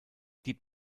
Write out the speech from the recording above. die